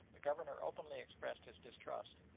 the governor openly expressed his distrust,